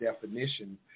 definition